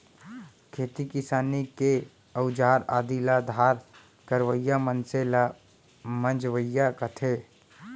खेती किसानी के अउजार आदि ल धार करवइया मनसे ल मंजवइया कथें